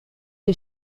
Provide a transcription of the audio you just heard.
les